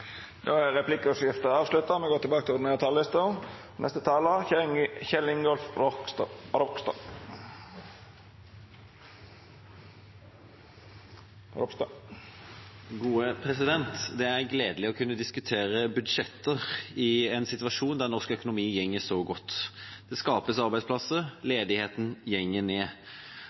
er avslutta. Det er gledelig å kunne diskutere budsjetter i en situasjon der norsk økonomi går så godt. Det skapes arbeidsplasser, og ledigheten går ned.